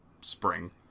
spring